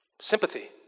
sympathy